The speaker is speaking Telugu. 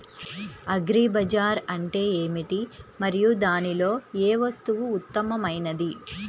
అగ్రి బజార్ అంటే ఏమిటి మరియు దానిలో ఏ వస్తువు ఉత్తమమైనది?